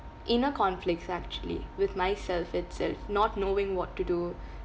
inner conflicts actually with myself itself not knowing what to do